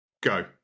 Go